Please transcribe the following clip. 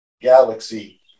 galaxy